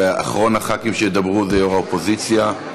ואחרון הח"כים שידברו הוא יו"ר האופוזיציה,